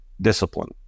discipline